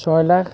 ছয় লাখ